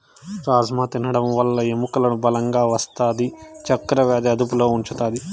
రాజ్మ తినడం వల్ల ఎముకలకు బలం వస్తాది, చక్కర వ్యాధిని అదుపులో ఉంచుతాది